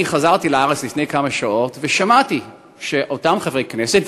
חזרתי לארץ לפני כמה שעות ושמעתי שאותם חברי כנסת,